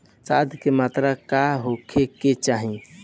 खाध के मात्रा का होखे के चाही?